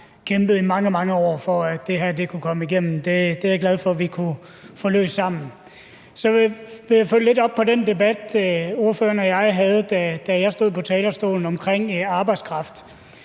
kæmpet i mange, mange år for, at det her kunne komme igennem. Det er jeg glad for at vi kunne få løst sammen. Så vil jeg følge lidt op på den debat, ordføreren og jeg havde, da jeg stod på talerstolen, omkring arbejdskraft.